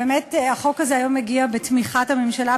באמת החוק הזה היום מגיע בתמיכת הממשלה,